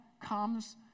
comes